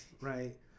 Right